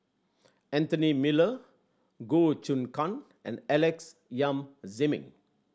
Anthony Miller Goh Choon Kang and Alex Yam Ziming